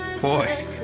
Boy